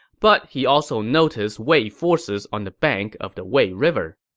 but he also noticed wei forces on the bank of the wei river.